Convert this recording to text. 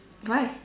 why